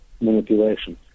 manipulation